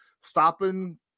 stopping